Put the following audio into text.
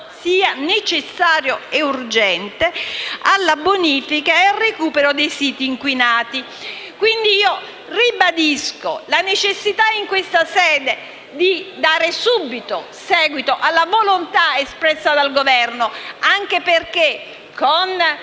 sia necessario e urgente), nonché la bonifica e il recupero dei siti inquinati. Quindi, ribadisco la necessità in questa sede di dare subito seguito alla volontà espressa dal Governo anche perché, con